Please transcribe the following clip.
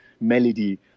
melody